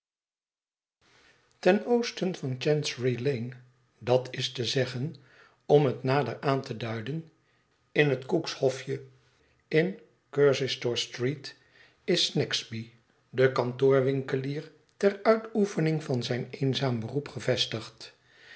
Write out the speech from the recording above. ten oosten van chancery lane datiste zeggen om het nader aan te duiden in het cook's hofje in cursitor street is snagsby de kantoorwinkelier ter uitoefening van zijn eenzaam beroep gevestigd